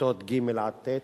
לכיתות ג' ט',